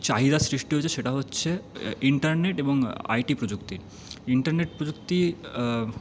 চাহিদা সৃষ্টি হয়েছে সেটা হচ্ছে ইন্টারনেট এবং আইটি প্রযুক্তির ইন্টারনেট প্রযুক্তি